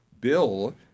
bill